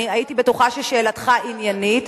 אני הייתי בטוחה ששאלתך עניינית.